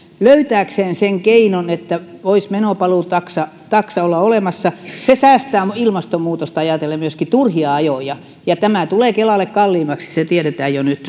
löytääkseen sen keinon että voisi meno paluutaksa olla olemassa se säästää myöskin ilmastonmuutosta ajatellen turhia ajoja tämä tulee kelalle kalliimmaksi se tiedetään jo nyt